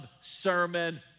sermon